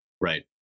Right